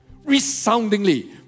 resoundingly